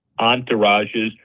entourages